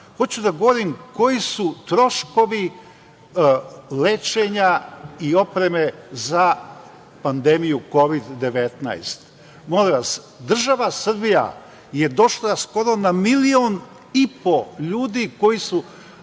hoću da govorim koji su troškovi lečenja i opreme za pandemiju Kovid-19. Molim vas, država Srbija je došla skoro na milion i po ljudi koji su